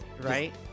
Right